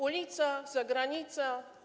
Ulica, zagranica.